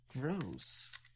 Gross